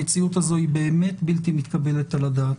המציאות הזאת היא באמת בלתי מתקבלת על הדעת.